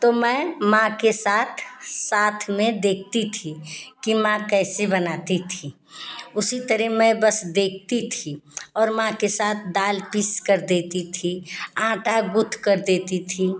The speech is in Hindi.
तो मैं माँ के साथ साथ में देखती थी कि माँ कैसे बनाती थी उसी तरह मैं बस देखती थी और माँ के साथ दाल पीस कर देती थी आटा गूथकर देती थी